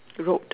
road